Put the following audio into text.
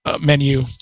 menu